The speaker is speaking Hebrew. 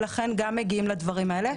לכן גם מגיעים לדברים האלה.